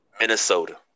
Minnesota